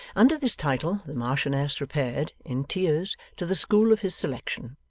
under this title the marchioness repaired, in tears, to the school of his selection,